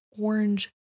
orange